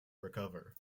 recover